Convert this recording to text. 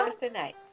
tonight